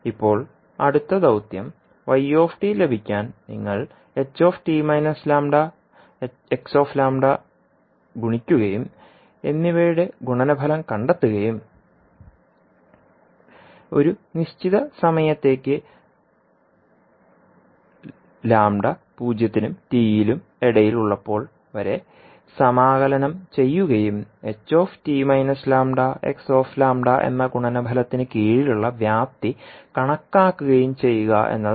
ഇപ്പോൾ അടുത്ത ദൌത്യം y ലഭിക്കാൻ നിങ്ങൾ h t λ x λ എന്നിവയുടെ ഗുണനഫലം കണ്ടെത്തുകയും ഒരു നിശ്ചിത സമയത്തേക്ക് 0 λ t വരെ സമാകലനം ചെയ്യുകയും h t λ x λ എന്ന ഗുണനഫലത്തിന് കീഴിലുള്ള വ്യാപ്തി കണക്കാക്കുകയും ചെയ്യുക എന്നതാണ്